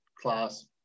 Class